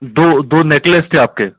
दो दो नेकलेस थे आपके